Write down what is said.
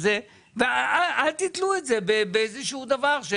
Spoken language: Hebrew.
אל תיתלו את זה על איזה דבר לא ידוע